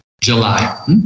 july